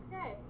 Okay